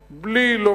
בלי לקצוב את עונשו,